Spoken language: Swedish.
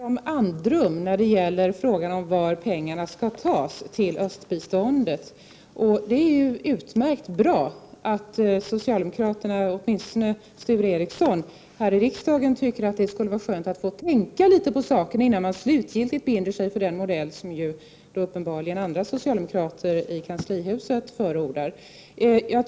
Herr talman! Sture Ericson ber om andrum när det gäller var pengarna skall tas till östbiståndet. Det är ju bra att socialdemokraterna — åtminstone Sture Ericson — här i riksdagen tycker att det skulle vara skönt att få tänka litet på saken, innan man slutgiltigt binder sig för den modell som uppenbarligen andra socialdemokrater i kanslihuset förordar.